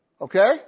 Okay